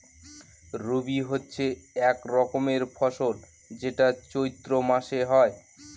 রবি হচ্ছে এক রকমের ফসল যেটা চৈত্র মাসে হয়